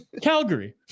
Calgary